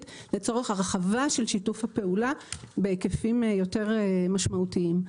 לצורך הרחבה של שיתוף הפעולה בהיקפים יותר משמעותיים.